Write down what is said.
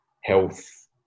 health